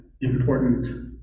important